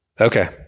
Okay